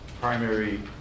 primary